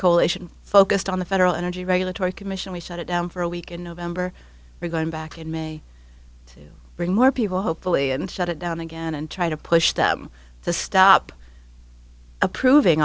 coalition focused on the federal energy regulatory commission we shut it down for a week in november we're going back in may bring more people hopefully and shut it down again and try to push them to stop approving